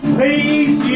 Please